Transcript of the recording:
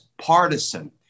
partisan